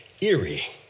Eerie